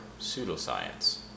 Pseudoscience